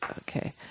Okay